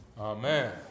Amen